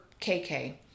kk